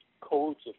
codes